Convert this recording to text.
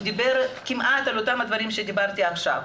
הוא דיבר כמעט על אותם הדברים שדיברתי עכשיו.